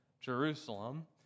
Jerusalem